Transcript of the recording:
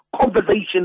conversation